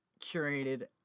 curated